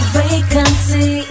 vacancy